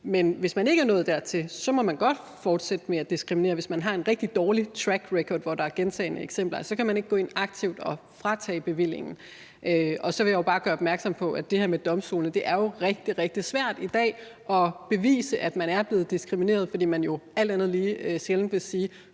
at hvis man ikke er nået dertil, så må man godt fortsætte med at diskriminere, altså hvis man har en rigtig dårlig track record, hvor der er gentagne eksempler, så kan man ikke gå ind aktivt og fratage bevillingen. Og så vil jeg bare gøre opmærksom på, at det i forhold til det her med domstolene jo er rigtig, rigtig svært i dag at bevise, at der er blevet diskrimineret, fordi man jo alt andet lige sjældent vil sige,